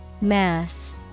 Mass